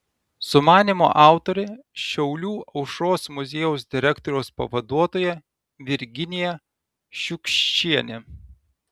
sumanymo autorė šiaulių aušros muziejaus direktoriaus pavaduotoja virginija šiukščienė